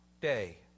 day